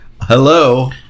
Hello